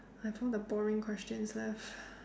I've all the boring questions left